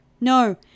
No